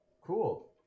cool